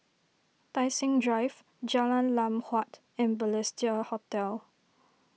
Tai Seng Drive Jalan Lam Huat and Balestier Hotel